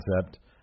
concept